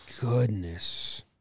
goodness